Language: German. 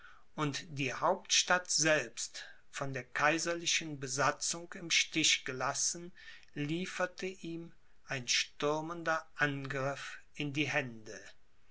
und die hauptstadt selbst von der kaiserlichen besatzung im stich gelassen lieferte ihm ein stürmender angriff in die hände